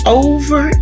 over